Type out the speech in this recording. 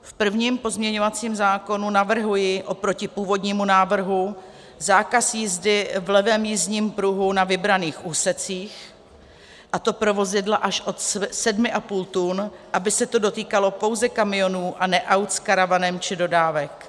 V prvním pozměňovacím zákonu navrhuji oproti původnímu návrhu zákaz jízdy v levém jízdním pruhu na vybraných úsecích, a to pro vozidla až od 7,5 tuny, aby se to dotýkalo pouze kamionů a ne aut s karavanem či dodávek.